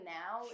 now